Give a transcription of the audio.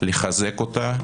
ולחזק אותה,